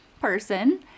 person